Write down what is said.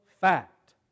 fact